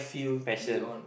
passion